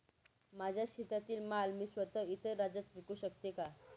माझ्या शेतातील माल मी स्वत: इतर राज्यात विकू शकते का?